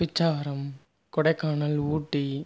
Pichavaram Kodaikanal Ooty